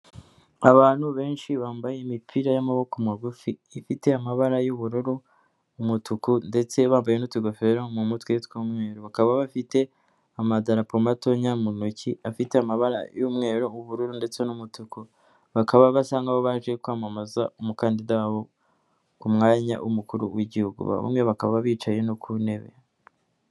Abantu benshi bambaye imipira y'amaboko magufi, ifite amabara y'ubururu, umutuku ndetse bambaye n'utugofero mu mutwe tw'umweru, bakaba bafite amadarapo matoya mu ntoki, afite amabara y'umweru, ubururu ndetse n'umutuku, bakaba basa nkaho baje kwamamaza umukandida wabo ku mwanya w'umukuru w'igihugu, bamwe bakaba bicaye no ku ntebe.